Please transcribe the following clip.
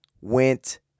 went